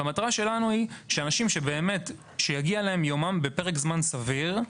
המטרה שלנו היא שאנשים שיגיע להם יומם בפרק זמן סביר,